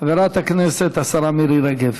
חברת הכנסת והשרה מירי רגב.